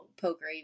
poker